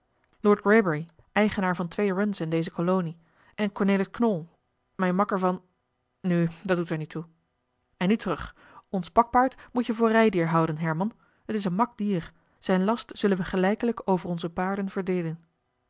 lord greybury eigenaar van twee runs in deze kolonie en cornelis knol mijn makker van nu dat doet er niet toe en nu terug ons pakpaard moet je voor rijdier houden herman het is een mak dier zijn last zullen we gelijkelijk over onze paarden verdeelen